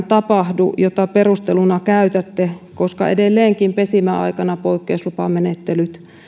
tapahdu jota perusteluna käytätte koska edelleenkin pesimäaikana poikkeuslupamenettelyt